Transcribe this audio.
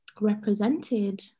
represented